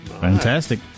Fantastic